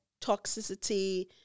toxicity